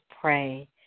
pray